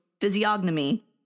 physiognomy